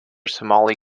somali